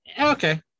Okay